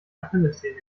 achillessehne